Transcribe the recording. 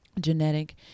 genetic